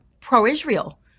pro-Israel